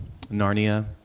Narnia